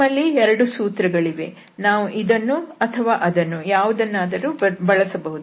ನಮ್ಮಲ್ಲೇ 2 ಸೂತ್ರಗಳಿವೆ ನಾವು ಇದನ್ನು ಅಥವಾ ಅದನ್ನು ಯಾವುದನ್ನಾದರೂ ಬಳಸಬಹುದು